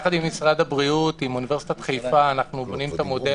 משרד הבריאות ועם אוניברסיטת חיפה את המודל,